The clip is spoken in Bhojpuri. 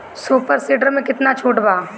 सुपर सीडर मै कितना छुट बा?